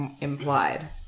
implied